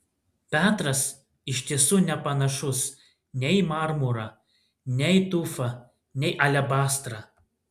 petras iš tiesų nepanašus nei į marmurą nei tufą nei alebastrą